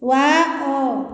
wow